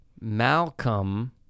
Malcolm